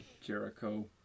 Jericho